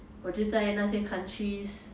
我就在那些 countries